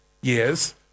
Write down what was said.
years